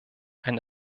ein